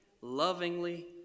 lovingly